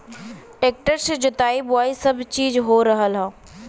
tractor से जोताई बोवाई सब चीज हो रहल हौ